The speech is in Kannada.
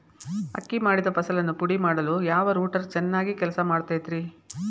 ಅಕ್ಕಿ ಮಾಡಿದ ಫಸಲನ್ನು ಪುಡಿಮಾಡಲು ಯಾವ ರೂಟರ್ ಚೆನ್ನಾಗಿ ಕೆಲಸ ಮಾಡತೈತ್ರಿ?